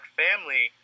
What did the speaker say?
family